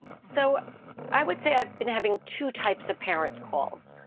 so i would say i've been having two types of parent calls.